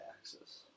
axis